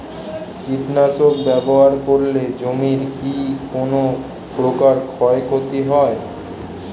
কীটনাশক ব্যাবহার করলে জমির কী কোন প্রকার ক্ষয় ক্ষতি হয়?